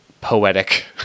poetic